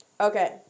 okay